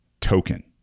token